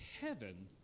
heaven